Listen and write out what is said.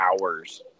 hours